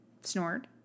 snored